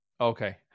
Okay